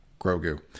Grogu